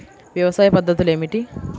వ్యవసాయ పద్ధతులు ఏమిటి?